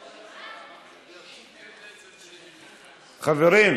חברים,